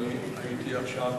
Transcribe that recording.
ואני הייתי עכשיו